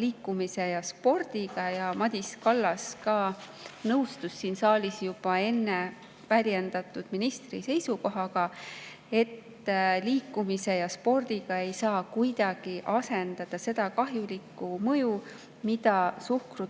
liikumise ja spordiga. Madis Kallas nõustus siin saalis juba enne väljendatud ministri seisukohaga, et liikumise ja spordiga ei saa kuidagi [kaotada] seda kahjulikku mõju, mida suhkru